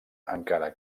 encara